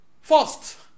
First